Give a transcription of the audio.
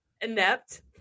inept